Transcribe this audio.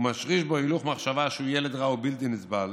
ומשריש בו הילוך מחשבה שהוא ילד רע ובלתי נסבל